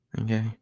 Okay